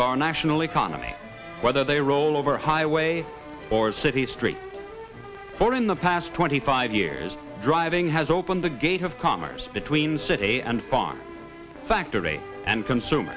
our national economy whether they roll over highway or city streets for in the past twenty five years driving has opened the gates of commerce between city and farm factories and consume